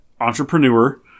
entrepreneur